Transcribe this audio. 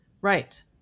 Right